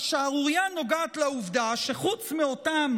והשערורייה נוגעת לעובדה שחוץ מאותם